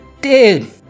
Dude